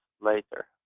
later